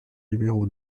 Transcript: numéro